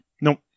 Nope